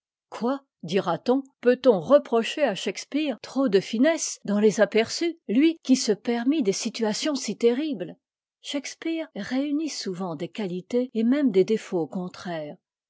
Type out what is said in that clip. quoi dirat on peut-on reprocher à shakspeare trop de il finesse dans les aperçus lui qui se permit des situations si terribles shakspeare réunit souvent des qualités et même des défauts contraires